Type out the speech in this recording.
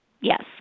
Yes